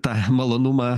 tą malonumą